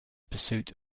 pursuit